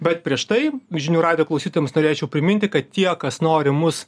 bet prieš tai žinių radijo klausytojams norėčiau priminti kad tie kas nori mus